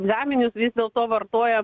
gaminius vis dėlto vartoja